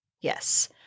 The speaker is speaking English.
Yes